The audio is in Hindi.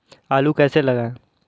आलू कैसे लगाएँ?